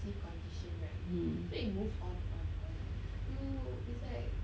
mm